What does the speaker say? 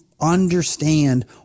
understand